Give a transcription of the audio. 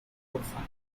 notified